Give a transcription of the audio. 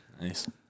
Nice